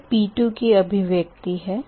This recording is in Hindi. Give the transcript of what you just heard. यह P2 की अभिव्यक्ति है